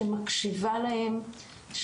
שמקשיבה להם.